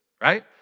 right